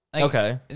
Okay